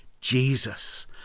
Jesus